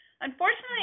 Unfortunately